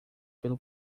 pelo